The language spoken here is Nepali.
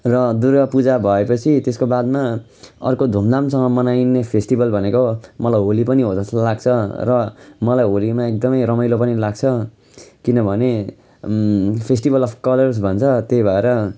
र दुर्गापूजा भएपछि त्यसको बादमा अर्को धुमधामसँग मनाइने फेस्टिभल भनेको मलाई होली पनि हो जस्तो लाग्छ र मलाई होलीमा एकदमै रमाइलो पनि लाग्छ किनभने फेस्टिभल अफ् कलर्स भन्छ त्यही भएर